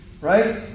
Right